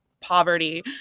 poverty